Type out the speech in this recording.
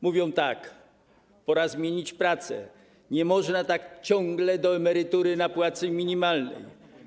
Mówią tak: pora zmienić pracę, nie można tak ciągle do emerytury na płacy minimalnej.